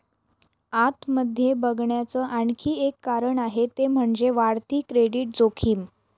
आत मध्ये बघण्याच आणखी एक कारण आहे ते म्हणजे, वाढती क्रेडिट जोखीम